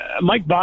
Mike